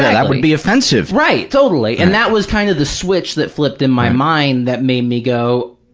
that would be offensive. right, totally. and that was kind of the switch that flipped in my mind, that made me go,